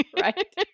Right